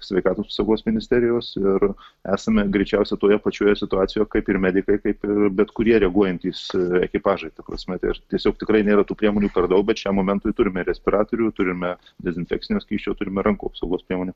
sveikatos apsaugos ministerijos ir esame greičiausia toje pačioje situacijoje kaip ir medikai kaip ir bet kurie reaguojantys ekipažai ta prasme tai tiesiog tikrai nėra tų priemonių per daug bet šiam momentui turime respiratorių turime dezinfekcinio skysčio turime rankų apsaugos priemonių